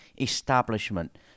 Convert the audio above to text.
establishment